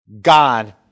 God